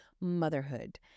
motherhood